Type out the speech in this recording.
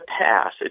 pass